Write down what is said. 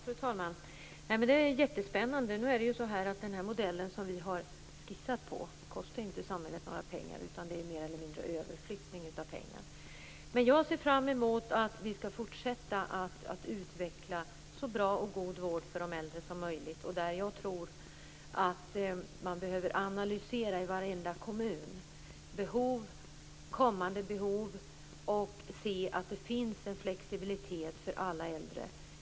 Fru talman! Det här är jättespännande. Nu är det ju så att den modell som vi har skissat på inte kostar samhället några pengar. Det är mer eller mindre en överflyttning av pengar. Jag ser fram emot att vi skall fortsätta att utveckla en så god vård av de äldre som möjligt. Jag tror att man i varenda kommun behöver analysera behov och kommande behov. Man behöver se till att det finns en flexibilitet för alla äldre.